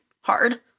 hard